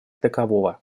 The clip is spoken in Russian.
такового